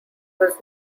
was